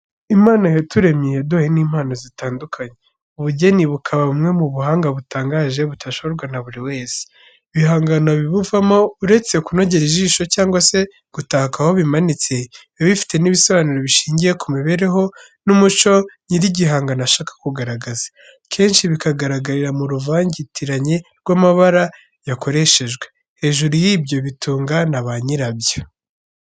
Imana yaturemye yaduhaye n'impano zitandukanye. Ubugeni bukaba bumwe mu buhanga batangaje butashoborwa na buri wese. Ibihangano bibuvamo, uretse kunogera ijisho, cyangwa se gutaka aho bimanitswe, biba bifite n'ibisobanuro bishingiye ku mibireho n'umuco nyir'igihangano ashaka kugaragaza. Kenshi bikagaragarira mu ruvangitiranye rw'amabara yakoreshejwe. Hejuru y'ibyo, bitunga na banyirabyo.